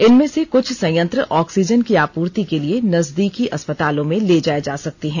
इनमें से कुछ संयंत्र ऑक्सीजन की आपूर्ति के लिए नजदीकी अस्पतालों में ले जाए जा सकते हैं